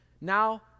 Now